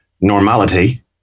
Normality